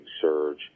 surge